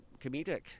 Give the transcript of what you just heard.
comedic